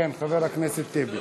כן, חבר הכנסת טיבי.